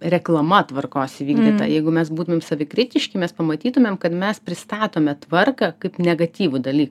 reklama tvarkos įvykdyta jeigu mes būtumėm savikritiški mes pamatytumėm kad mes pristatome tvarką kaip negatyvų dalyką